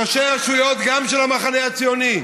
ראשי הרשויות, גם של המחנה הציוני,